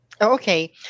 Okay